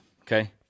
Okay